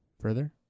Further